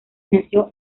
nació